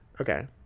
Okay